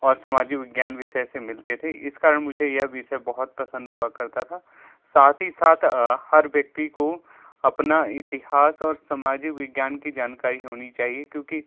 और सामाजिक विज्ञान विषय से मिलते थे इस कारण मुझे यह विषय बहुत पसंद हुआ करता था साथ ही साथ हर व्यक्ति को अपना इतिहास और सामाजिक विज्ञान की जानकारी होनी चाहिए क्योंकि